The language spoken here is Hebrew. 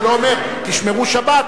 ולא אומר: תשמרו שבת,